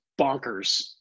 bonkers